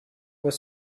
was